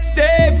Stay